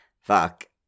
fuck